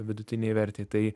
vidutinei vertei tai